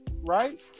Right